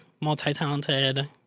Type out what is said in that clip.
multi-talented